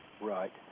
Right